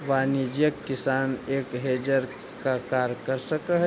वाणिज्यिक किसान एक हेजर का कार्य कर सकअ हई